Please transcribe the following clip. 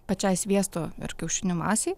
pačiai sviesto ir kiaušinių masei